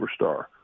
superstar